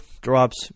drops